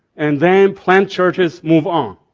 and then plant churches, move on.